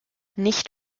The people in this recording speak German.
nicht